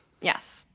Yes